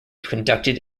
conducted